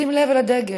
שים לב לדגל: